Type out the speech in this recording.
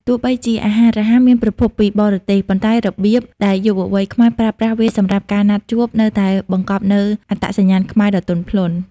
ទោះបីជាអាហាររហ័សមានប្រភពពីបរទេស ប៉ុន្តែរបៀបដែលយុវវ័យខ្មែរប្រើប្រាស់វាសម្រាប់ការណាត់ជួប នៅតែបង្កប់នូវអត្តសញ្ញាណខ្មែរដ៏ទន់ភ្លន់។